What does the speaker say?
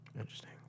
Interesting